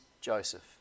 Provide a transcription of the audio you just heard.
Joseph